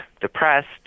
depressed